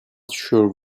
sure